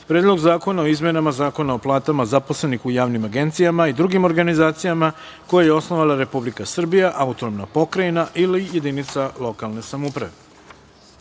Predlog zakona o izmenama Zakona o platama zaposlenih u javnim agencijama i drugim organizacijama koje je osnovala Republika Srbija, autonomna pokrajina ili jedinica lokalne samouprave. Četvrta